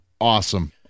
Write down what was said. awesome